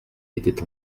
était